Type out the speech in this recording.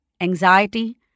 anxiety